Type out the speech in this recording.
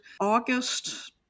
August